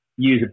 usability